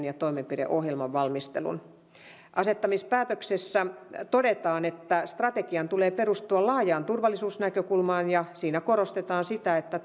ja toimenpideohjelman valmistelun asettamispäätöksessä todetaan että strategian tulee perustua laajaan turvallisuusnäkökulmaan ja siinä korostetaan sitä että